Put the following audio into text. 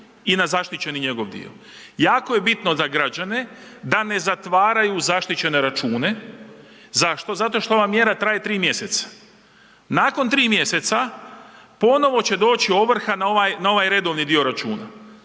i na zaštićeni njegov dio. Jako je bitno za građane da ne zatvaraju zaštićene račune. Zašto? Zato što ova mjera traje 3 mjeseca. Nakon 3 mjeseca ponovno će doći ovrha na ovaj redovni dio računa